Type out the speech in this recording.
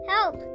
Help